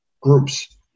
groups